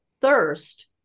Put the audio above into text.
thirst